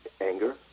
anger